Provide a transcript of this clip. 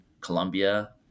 Colombia